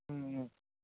ம் ம்